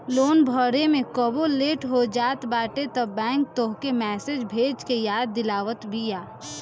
loan भरे में कबो लेट हो जात बाटे तअ बैंक तोहके मैसेज भेज के याद दिलावत बिया